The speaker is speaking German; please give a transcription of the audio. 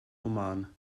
oman